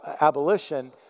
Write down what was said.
abolition